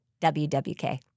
WWK